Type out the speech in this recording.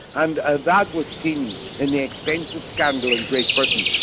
and ah that was seen in the expenses scandal in great britain.